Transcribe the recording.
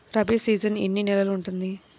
Rabi season ఎన్ని నెలలు ఉంటుంది?